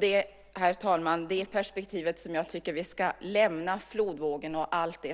Det, herr talman, är det perspektiv som jag tycker att vi ska lämna flodvågen och allt